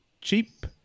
cheap